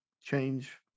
change